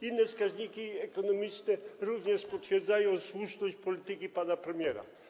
Inne wskaźniki ekonomiczne również potwierdzają słuszność polityki pana premiera.